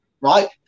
Right